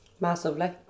massively